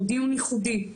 זה דיון ייחודי.